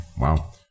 Wow